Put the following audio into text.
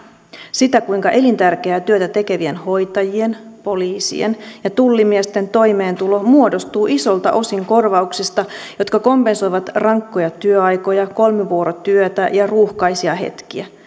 sitä kuinka elintärkeää työtä tekevien hoitajien poliisien ja tullimiesten toimeentulo muodostuu isolta osin korvauksista jotka kompensoivat rankkoja työaikoja kolmivuorotyötä ja ruuhkaisia hetkiä